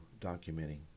documenting